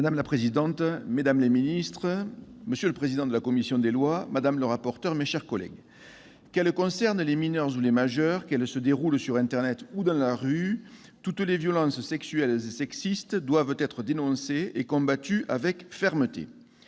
madame la secrétaire d'État, monsieur le président de la commission des lois, madame la rapporteur, mes chers collègues, qu'elles concernent les mineurs ou les majeurs, qu'elles se déroulent sur internet ou dans la rue, toutes les violences sexuelles et sexistes doivent être dénoncées et combattues avec fermeté.